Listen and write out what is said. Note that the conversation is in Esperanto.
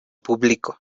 publiko